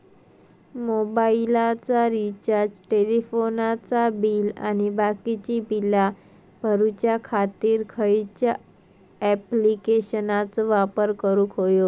मोबाईलाचा रिचार्ज टेलिफोनाचा बिल आणि बाकीची बिला भरूच्या खातीर खयच्या ॲप्लिकेशनाचो वापर करूक होयो?